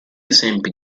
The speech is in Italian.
esempi